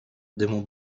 dymu